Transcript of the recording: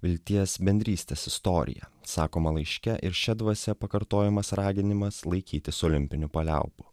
vilties bendrystės istoriją sakoma laiške ir šia dvasia pakartojamas raginimas laikytis olimpinių paliaubų